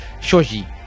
Shoji